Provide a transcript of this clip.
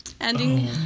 ending